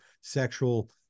sexual